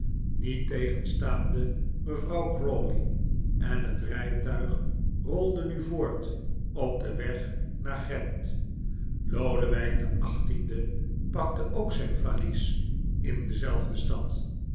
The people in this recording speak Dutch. niettegenstaande mevrouw crawley en het rijtuig rolde nu voort op den weg naar gent lodewijk xviii pakte ook zijn valies in dezelfde stad